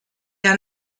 are